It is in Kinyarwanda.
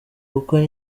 kuko